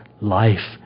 Life